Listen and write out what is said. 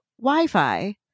Wi-Fi